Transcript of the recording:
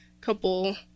couple